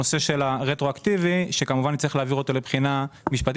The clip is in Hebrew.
הנושא של הרטרואקטיבי שכמובן נצטרך להעביר אותו לבחינה משפטית.